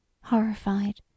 horrified